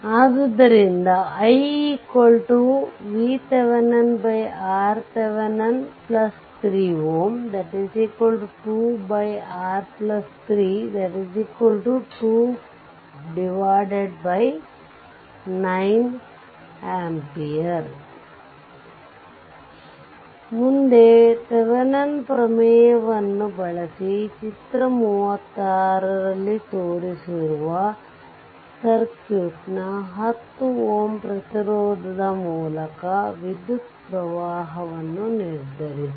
ಆದ್ದರಿಂದ i VThevenin RThevenin 3 Ω 26329amps ಮುಂದೆ Thevenin ಪ್ರಮೇಯವನ್ನುThevenin's theorem ಬಳಸಿ ಚಿತ್ರ 36 ರಲ್ಲಿ ತೋರಿಸಿರುವ ಸರ್ಕ್ಯೂಟ್ನ 10 Ω ಪ್ರತಿರೋಧದ ಮೂಲಕ ವಿದ್ಯುತ್ ಪ್ರವಾಹವನ್ನು ನಿರ್ಧರಿಸಿ